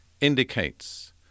indicates